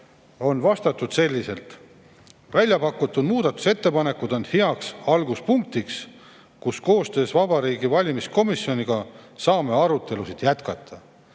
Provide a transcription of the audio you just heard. on vastatud selliselt, et väljapakutud muudatusettepanekud on heaks alguspunktiks, kus koostöös Vabariigi Valimiskomisjoniga saame arutelusid jätkata.